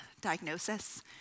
diagnosis